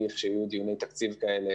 לכשיהיו דיוני תקציב כאלה,